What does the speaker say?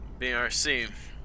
BRC